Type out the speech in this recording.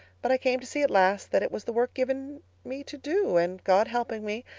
but i came to see at last that it was the work given me to do and god helping me,